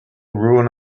ruin